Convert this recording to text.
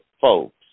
folks